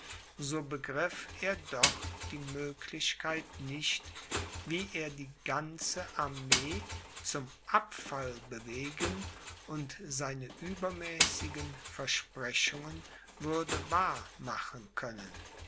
so begriff er doch die möglichkeit nicht wie er die ganze armee zum abfall bewegen und seine übermäßigen versprechungen würde wahr machen können